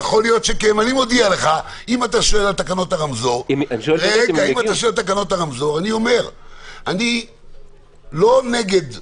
אם אתה שואל על זה - אני לא נגד הרמזור.